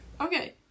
Okay